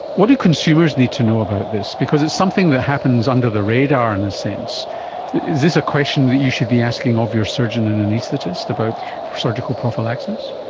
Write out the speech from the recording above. what do consumers need to know about this? because it's something that happens under the radar, in a sense. is this a question that you should be asking of your surgeon and anaesthetist about surgical prophylaxis?